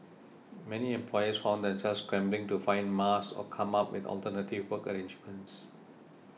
many employers found themselves scrambling to find mask or come up with alternative work arrangements